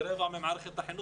כרבע ממערכת החינוך בישראל.